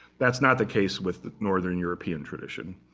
that's not the case with northern european tradition.